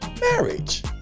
marriage